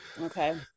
Okay